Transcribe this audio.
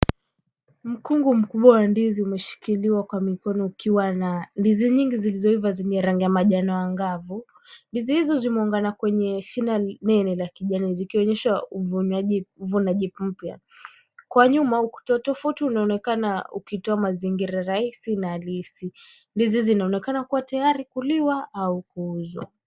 Mkungu mkubwa wa ndizi umeshikiliwa kwa mikono ukiwa na ndizi nyingi zlilizoiva zenye rangi ya manjano angavu. Ndizi hizo zimeungana kwenye shina nene la kijani zikionyesha uvunaji mpya. Kwa nyuma utofauti unaonekana ukitoa mazingira rahisi na halisi. Ndizi zinaonekana kuwa tayari kuliwa au kuuzwa.